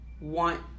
want